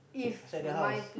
outside the house